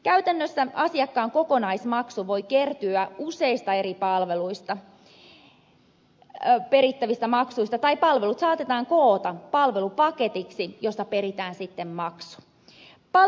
käytännössä asiakkaan kokonaismaksu voi kertyä useista eri palveluista perittävistä maksuista tai palvelut saatetaan koota palvelupaketiksi josta peritään sitten maksu